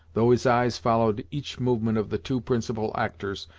though his eyes followed each movement of the two principal actors,